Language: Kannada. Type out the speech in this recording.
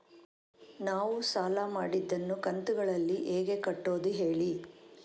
ನಾವು ಸಾಲ ಮಾಡಿದನ್ನು ಕಂತುಗಳಲ್ಲಿ ಹೇಗೆ ಕಟ್ಟುದು ಹೇಳಿ